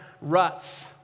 ruts